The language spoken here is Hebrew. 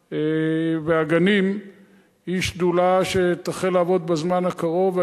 והגנים היא שדולה שתחל לעבוד בזמן הקרוב.